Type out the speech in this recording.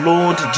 Lord